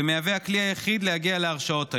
ומהווה הכלי היחיד להגיע להרשעות היום,